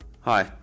Hi